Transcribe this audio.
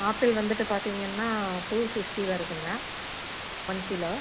apple வந்துவிட்டு பார்த்திங்கன்னா two fifty வருதுங்க ஒன் கிலோ